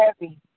heavy